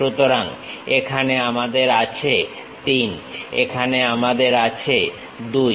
সুতরাং এখানে আমাদের আছে 3 এখানে আমাদের আছে 2